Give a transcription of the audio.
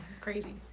Crazy